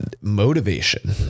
motivation